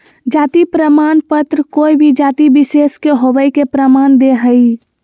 जाति प्रमाण पत्र कोय भी जाति विशेष के होवय के प्रमाण दे हइ